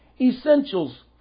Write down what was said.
Essentials